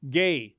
gay